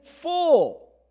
full